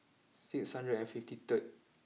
six hundred and fifty third